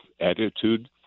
attitude